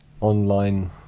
online